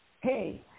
hey